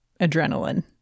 adrenaline